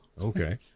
Okay